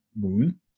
moon